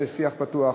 שיח פתוח,